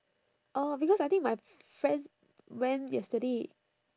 oh because I think my friends went yesterday